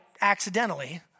accidentally